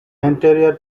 anterior